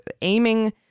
aiming